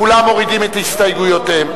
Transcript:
כולם מורידים את הסתייגויותיהם.